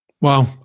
Wow